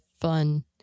fun